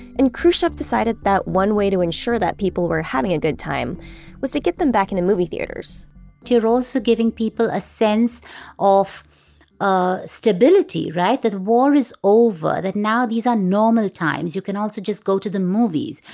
and khrushchev decided that one way to ensure that people were having a good time was to get them back into movie theaters you're also giving people a sense of ah stability, right? that war is over. that now these are normal times. you can also just go to the movies.